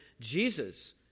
Jesus